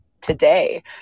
today